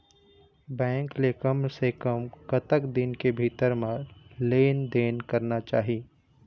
Bank ले कम से कम कतक दिन के भीतर मा लेन देन करना चाही?